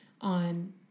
on